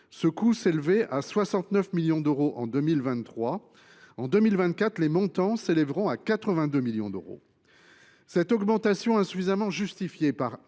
ce coût s’élevait à 69 millions d’euros en 2023. En 2024, il sera de 82 millions d’euros. Cette augmentation, insuffisamment justifiée par